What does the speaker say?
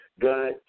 God